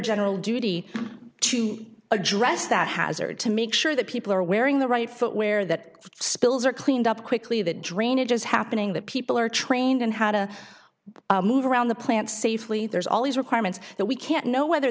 general duty to address that hazard to make sure that people are wearing the right footwear that spills are cleaned up quickly that drainage is happening that people are trained in how to move around the plant safely there's all these requirements that we can't know whether